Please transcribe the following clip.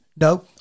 No